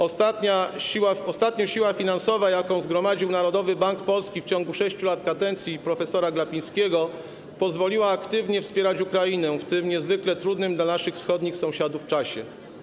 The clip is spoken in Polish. Ostatnia siła finansowa, jaką zgromadził Narodowy Bank Polski w ciągu 6 lat kadencji prof. Glapińskiego, pozwoliła aktywnie wspierać Ukrainę w tym niezwykle trudnym dla naszych wschodnich sąsiadów czasie.